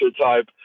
type